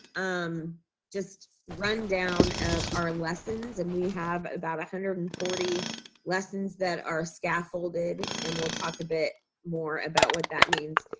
um just run down of our lessons and we have about one hundred and forty lessons that are scaffolded, and we'll talk a bit more about what that means.